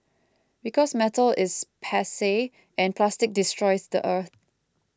because metal is passe and plastic destroys the earth